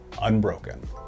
unbroken